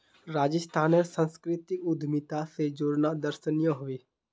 राजस्थानेर संस्कृतिक उद्यमिता स जोड़ना दर्शनीय ह बे